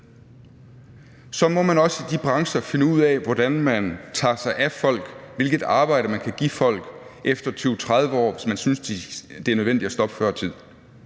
må man også i de brancher finde ud af, hvordan man tager sig af folk – hvilket arbejde man kan give folk efter 20-30 år, hvis man synes, det er nødvendigt at stoppe før tid.